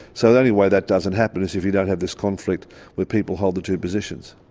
so the only way that doesn't happen is if you don't have this conflict where people hold the two positions.